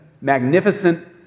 magnificent